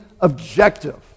objective